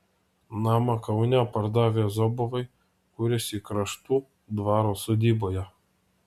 namą kaune pardavę zobovai kuriasi kraštų dvaro sodyboje